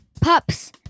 Pups